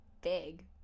big